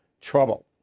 trouble